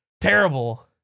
terrible